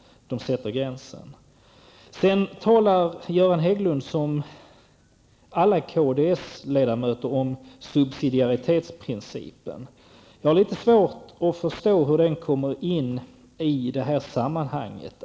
Var sätter ni gränsen? Göran Hägglund talar som alla kds-ledamöter om subsidiaritetsprincipen. Jag har litet svårt att förstå hur den kommer in i sammanhanget.